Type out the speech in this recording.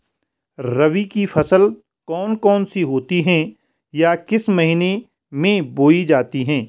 रबी की फसल कौन कौन सी होती हैं या किस महीने में बोई जाती हैं?